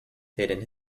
hidden